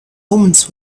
omens